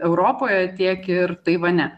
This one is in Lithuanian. europoje tiek ir taivane